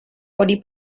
oni